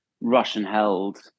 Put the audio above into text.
Russian-held